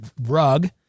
rug